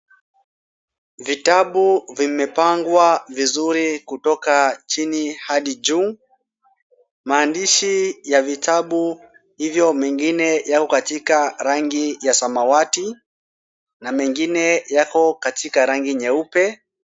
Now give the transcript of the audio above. Vitabu vimepangwa vizuri kutoka chini hadi juu. Maandishi ya vitabu hivyo mengine yako katika rangi ya samawati na mengine yako katika rangi nyeupe.